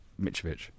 Mitrovic